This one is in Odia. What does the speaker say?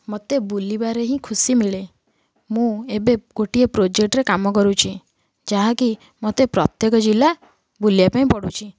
ମୋତେ ବୁଲିବାରେ ହିଁ ଖୁସି ମିଳେ ମୁଁ ଏବେ ଗୋଟିଏ ପ୍ରୋଜେକ୍ଟରେ କାମ କରୁଛି ଯାହା କି ମୋତେ ପ୍ରତ୍ୟେକ ଜିଲ୍ଲା ବୁଲିବା ପାଇଁ ପଡ଼ୁଛି